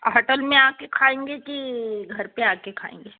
hotel में आकर खाएँगे कि घर पर आकर खाएँगे